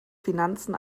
finanzen